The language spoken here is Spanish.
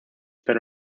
pero